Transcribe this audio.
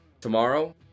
tomorrow